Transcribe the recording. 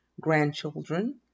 grandchildren